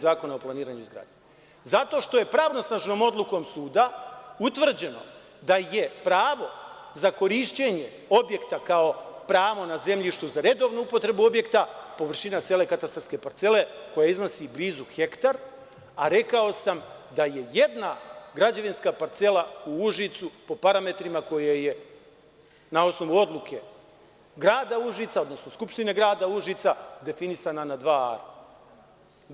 Zakona o planiranju i izgradnji, zato što je pravosnažnom odlukom suda utvrđeno da je pravo za korišćenje objekta kao pravo na zemljištu za redovnu upotrebu objekta, površina cele katastarske parcele koja iznosi blizu hektar, a rekao sam da je jedna građevinska parcela u Užicu, po parametrima koje je na osnovu odluke Grada Užica, odnosno Skupštine grada Užica definisana na dva ara.